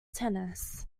tennis